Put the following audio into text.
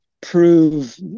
prove